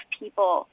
people